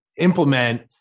implement